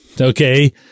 Okay